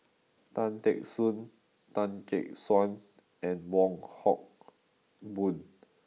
Tan Teck Soon Tan Gek Suan and Wong Hock Boon